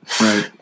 Right